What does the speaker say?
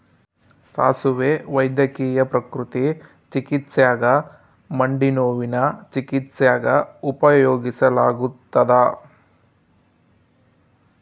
ಸಾಸುವೆ ವೈದ್ಯಕೀಯ ಪ್ರಕೃತಿ ಚಿಕಿತ್ಸ್ಯಾಗ ಮಂಡಿನೋವಿನ ಚಿಕಿತ್ಸ್ಯಾಗ ಉಪಯೋಗಿಸಲಾಗತ್ತದ